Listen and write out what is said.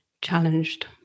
challenged